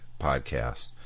Podcast